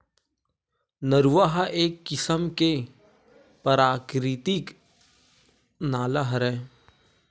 नरूवा ह एक किसम के पराकिरितिक नाला हरय